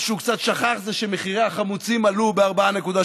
מה שהוא קצת שכח זה שמחירי החמוצים עלו ב-4.8%,